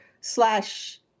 slash